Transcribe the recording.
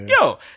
yo